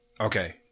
okay